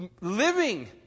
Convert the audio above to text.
living